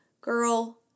girl